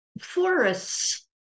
forests